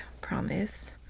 promise